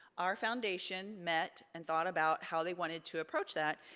our foundation met and thought about how they wanted to approach that.